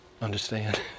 understand